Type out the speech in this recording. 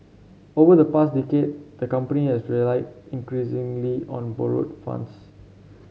over the past decade the company has relied increasingly on borrowed funds